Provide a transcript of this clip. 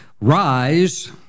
Rise